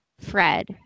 Fred